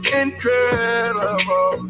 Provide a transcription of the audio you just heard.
incredible